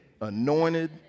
Anointed